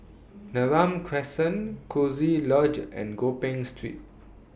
Neram Crescent Coziee Lodge and Gopeng Street